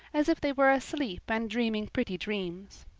as if they were asleep and dreaming pretty dreams.